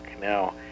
Now